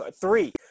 three